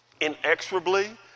Inexorably